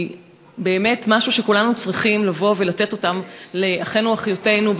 היא באמת משהו שכולנו צריכים לתת לאחינו ולאחיותינו,